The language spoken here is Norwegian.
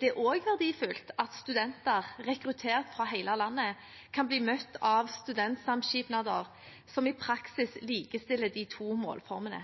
Det er også verdifullt at studenter, rekruttert fra hele landet, kan bli møtt av studentsamskipnader som i praksis likestiller de to målformene.